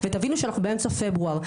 ותבינו שאנחנו באמצע פברואר.